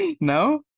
no